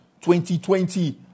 2020